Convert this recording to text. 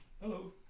Hello